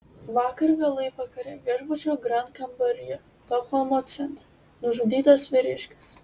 vakar vėlai vakare viešbučio grand kambaryje stokholmo centre nužudytas vyriškis